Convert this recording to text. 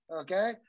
Okay